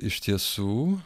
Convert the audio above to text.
iš tiesų